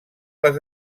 les